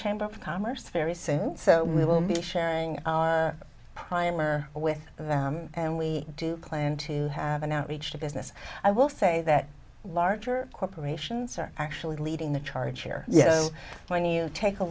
chamber of commerce very soon so we will be sharing a primer with them and we do plan to have an outreach to business i will say that larger corporations are actually leading the charge here yet when you take a